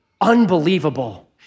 unbelievable